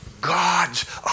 God's